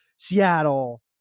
Seattle